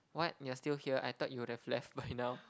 what you're still here I thought you would've left by now